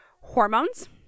hormones